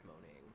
moaning